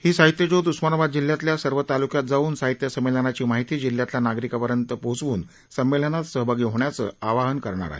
ही साहित्यज्योत उस्मानाबाद जिल्ह्यातल्या सर्व तालुक्यात जाऊन साहित्य संमेलनाची माहिती जिल्ह्यातल्या नागरिकांपर्यंत पोचवून संमेलनात सहभागी होण्याचं आवाहन करणार आहे